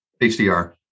HDR